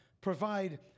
provide